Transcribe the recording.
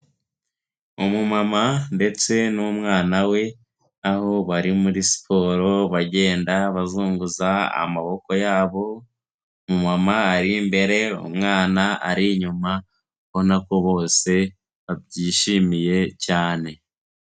Umumama ndetse n'umwana we aho bari muri siporo bagenda bazunguza amaboko yabo, umumama ari imbere umwana ari inyuma ubona ko bose babyishimiye cyane.